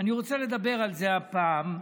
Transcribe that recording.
זה הפעם.